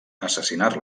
assassinar